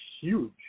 huge